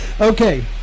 Okay